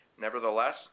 Nevertheless